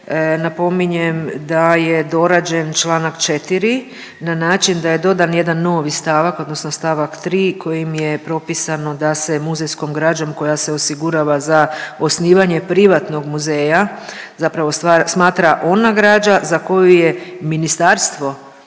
napominjem da je dorađen čl. 4. na način da je dodan jedan novi stavak odnosno st. 3. kojim je propisano da se muzejskom građom koja se osigurava za osnivanje privatnog muzeja zapravo smatra ona građa za koju je ministarstvo